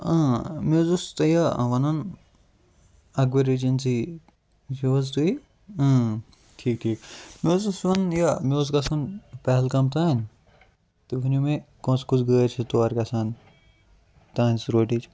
اۭں مےٚ حٕظ تۄہہِ یہِ وَنُن اَکبَر ایجنسی یہِ چھِو حٕظ تُہی ٹھیٖک ٹھیٖک مےٚ حٕظ اوس وَنُن یہِ مےٚ اوس گَژھُن پہلگام تانۍ تُہۍ ؤنِو مےٚ کۄس کۄس گٲڈۍ چھِ تور گَژھان